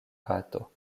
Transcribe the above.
kato